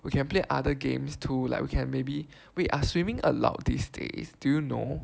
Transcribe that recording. we can play other games too like we can maybe wait are swimming allow these days do you know